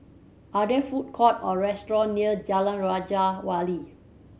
are there food court or restaurant near Jalan Raja Wali